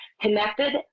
connected